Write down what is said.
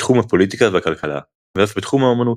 בתחום הפוליטיקה והכלכלה ואף בתחום האמנות.